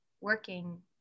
working